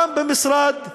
גם במשרד התרבות,